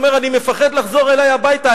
והוא אומר: אני מפחד לחזור אלי הביתה,